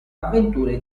avventure